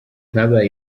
habaye